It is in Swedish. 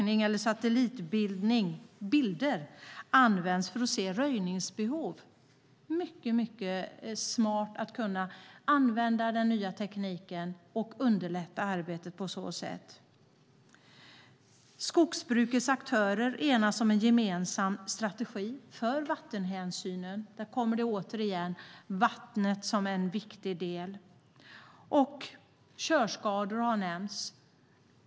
Satellitbilder används för att se röjningsbehov. Det är mycket smart att kunna använda den nya tekniken och underlätta arbetet på så sätt. Skogsbrukets aktörer enas om en gemensam strategi för vattenhänsynen. Där kommer återigen vattnet som en viktig del. Körskador har nämnts.